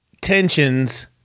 tensions